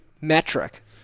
metric